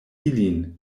ilin